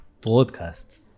broadcast